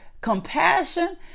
compassion